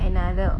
another